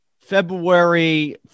February